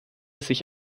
sich